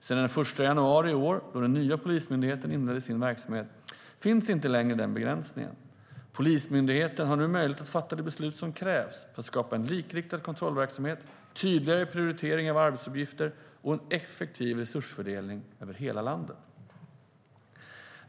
Sedan den 1 januari i år, då den nya Polismyndigheten inledde sin verksamhet, finns inte längre den begränsningen. Polismyndigheten har nu möjlighet att fatta de beslut som krävs för att skapa en likriktad kontrollverksamhet, tydligare prioriteringar av arbetsuppgifter och en effektiv resursfördelning över hela landet.